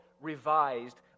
revised